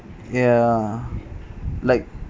ya like